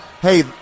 Hey